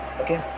Okay